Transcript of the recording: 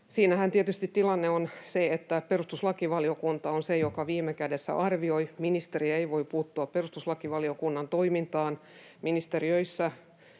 Siinähän tietysti tilanne on se, että perustuslakivaliokunta on se, joka viime kädessä arvioi. Ministeri ei voi puuttua perustuslakivaliokunnan toimintaan. Ministeriöissä